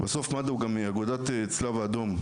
בסוף מד"א הוא גם מאגודת הצלב האדום.